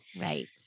Right